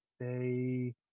say –